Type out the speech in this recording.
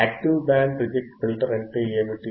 active band reject filter అంటే ఏమిటి